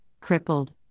crippled